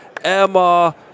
Emma